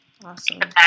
Awesome